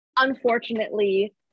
unfortunately